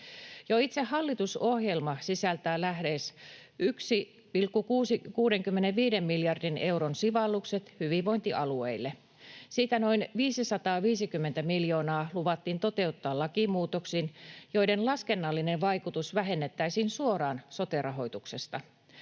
itse hallitusohjelma sisältää lähes 1,65 miljardin euron sivallukset hyvinvointialueille. Siitä noin 550 miljoonaa luvattiin toteuttaa lakimuutoksin, joiden laskennallinen vaikutus vähennettäisiin suoraan sote-rahoituksesta.